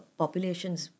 populations